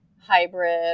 hybrid